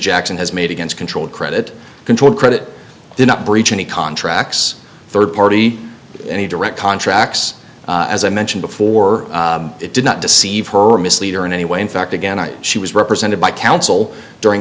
jackson has made against control of credit control credit did not breach any contracts third party any direct contracts as i mentioned before it did not deceive her or mislead or in any way in fact again i was represented by counsel during